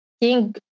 king